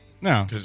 No